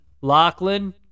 Lachlan